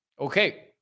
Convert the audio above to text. okay